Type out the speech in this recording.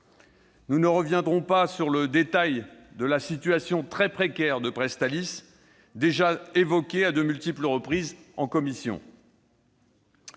Nous ne reviendrons pas sur le détail de la situation très précaire de Presstalis, déjà évoquée en commission,